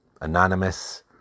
anonymous